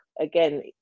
again